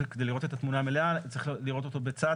שכדי לראות את התמונה המלאה צריך לראות את התיקון הזה בצד